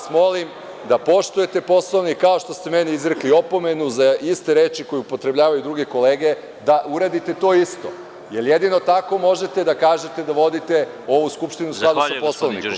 Molim vas da poštujete Poslovnik, kao što ste meni izrekli opomenu za iste reči koje upotrebljavaju druge kolege, da uradite to isto, jer jedino tako možete da kažete da vodite ovu skupštinu u skladu sa Poslovnikom.